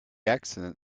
accident